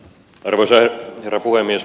arvoisa herra puhemies